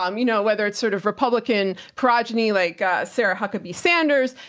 um you know, whether it's sort of republican progeny like sarah huckabee sanders.